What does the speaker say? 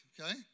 okay